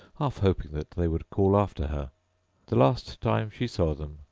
half hoping that they would call after her the last time she saw them,